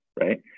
right